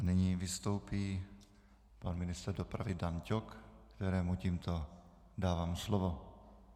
Nyní vystoupí pan ministr dopravy Dan Ťok, kterému tímto dávám slovo.